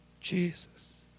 Jesus